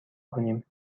کنیم